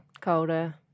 Colder